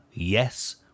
Yes